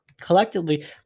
Collectively